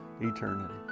eternity